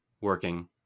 working